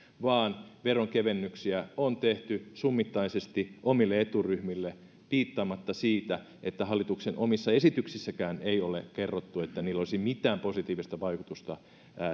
vaan veronkevennyksiä on tehty summittaisesti omille eturyhmille piittaamatta siitä että hallituksen omissa esityksissäkään ei ole kerrottu että niillä olisi mitään positiivista vaikutusta